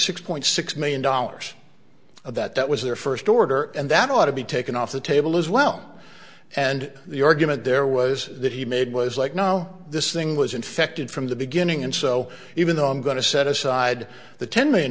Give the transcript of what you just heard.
six point six million dollars of that that was their first order and that ought to be taken off the table as well and the argument there was that he made was like now this thing was infected from the beginning and so even though i'm going to set aside the ten million